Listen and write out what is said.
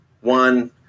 one